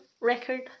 record